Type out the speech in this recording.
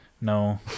no